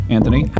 Anthony